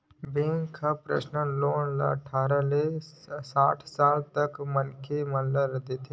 bank ह personal loan अठारह ले साठ साल तक के मनखे ल देथे